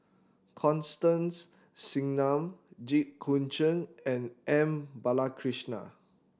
Constance Singam Jit Koon Ch'ng and M Balakrishnan